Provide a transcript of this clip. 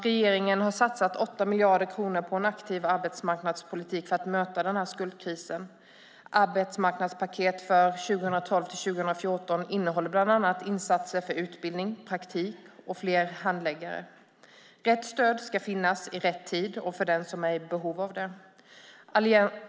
Regeringen har satsat 8 miljarder kronor på en aktiv arbetsmarknadspolitik för att möta skuldkrisen. Arbetsmarknadspaketet för 2012-2014 innehåller bland annat insatser för utbildning, praktik och fler handläggare. Rätt stöd ska finnas i rätt tid för den som är i behov av det.